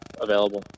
available